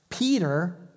Peter